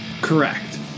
Correct